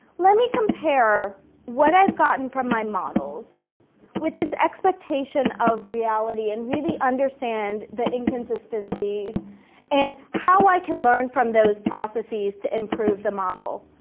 let me compare what i've gotten from my models with this expectation of reality and really understand the inconsistencies and how i can learn from those processes to improve the model.